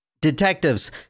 Detectives